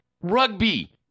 Rugby